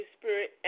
Spirit